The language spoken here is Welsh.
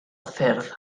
ffyrdd